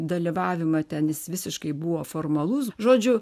dalyvavimą ten jis visiškai buvo formalus žodžiu